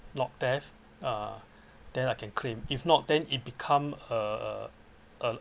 or death uh then I can claim if not then it become a a